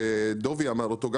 שגם דובי אמר אותו,